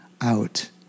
out